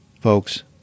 Folks